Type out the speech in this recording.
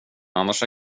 annars